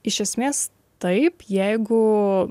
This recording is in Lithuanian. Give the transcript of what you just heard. iš esmės taip jeigu